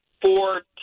four